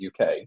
UK